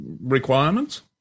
requirements